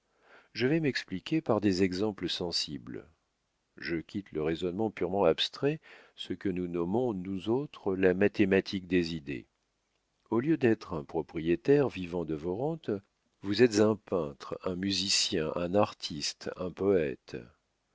je vais m'expliquer par des exemples sensibles je quitte le raisonnement purement abstrait ce que nous nommons nous autres la mathématique des idées au lieu d'être un propriétaire vivant de vos rentes vous êtes un peintre un musicien un artiste un poète